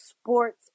Sports